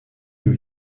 you